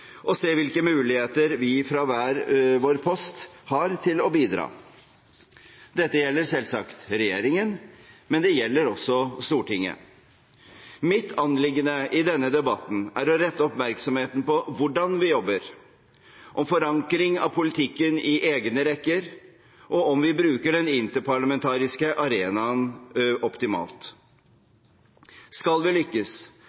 og se hvilke muligheter vi, hver fra vår post, har til å bidra. Det gjelder selvsagt regjeringen, men det gjelder også Stortinget. Mitt anliggende i denne debatten er å rette oppmerksomheten mot hvordan vi jobber – om forankring av politikken i egne rekker og om vi bruker den interparlamentariske arenaen optimalt. Skal vi lykkes,